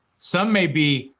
some may be,